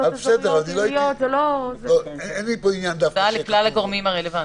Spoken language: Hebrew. מועצות אזוריות ------ הודעה לכלל הגורמים הרלבנטיים.